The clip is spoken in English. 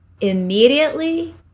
Immediately